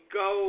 go